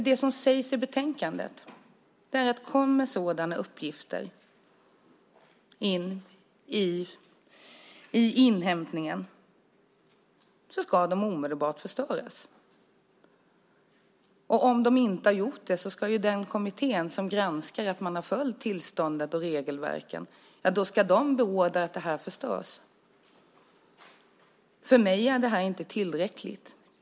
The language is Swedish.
Det som sägs i betänkandet är att om sådana uppgifter kommer in vid inhämtningen ska de omedelbart förstöras. Om så inte skett ska den kommitté som granskar att tillstånd och regelverk följts beordra att informationen förstörs. För mig är det här inte tillräckligt.